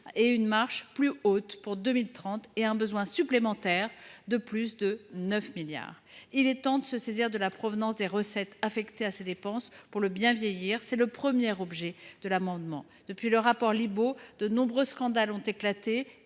une marche plus haute, le besoin supplémentaire s’élevant à plus de 9 milliards d’euros. Il est temps de se saisir de la provenance des recettes affectées à ces dépenses pour le bien vieillir. Voilà le premier objet de cet amendement. Depuis le rapport Libault, de nombreux scandales ont éclaté,